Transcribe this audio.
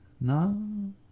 No